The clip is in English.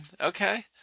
Okay